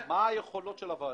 היכולות של הוועדה?